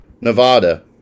Nevada